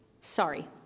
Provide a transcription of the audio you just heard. sorry